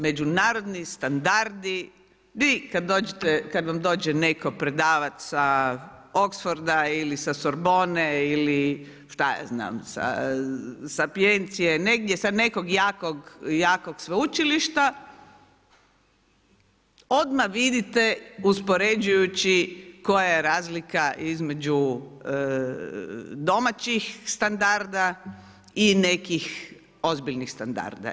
Međunarodni standardi, vi kad vam dođe netko predavati sa Oxforda ili sa Sorbonne ili Sapientie, negdje sa nekog jakog sveučilišta, odmah vidite uspoređujući koja je razlika između domaćih standarda i nekih ozbiljnih standarda.